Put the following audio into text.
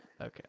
Okay